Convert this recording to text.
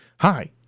Hi